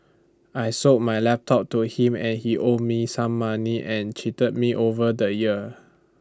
I sold my laptop to him and he owed me some money and cheated me over the year